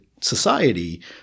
society